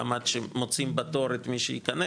גם עד שמוצאים בתור את מי שייכנס,